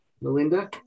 Melinda